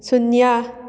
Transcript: ꯁꯨꯅ꯭ꯌꯥ